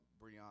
Brianna